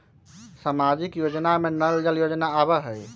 सामाजिक योजना में नल जल योजना आवहई?